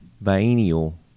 Biennial